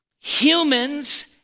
Humans